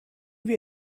wir